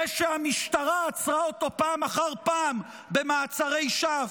זה שהמשטרה עצרה אותו פעם אחר פעם, במעצר שווא.